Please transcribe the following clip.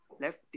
left